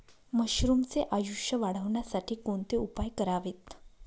मशरुमचे आयुष्य वाढवण्यासाठी कोणते उपाय करावेत?